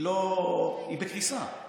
היא בקריסה.